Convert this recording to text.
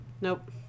Nope